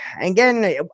again